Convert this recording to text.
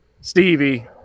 Stevie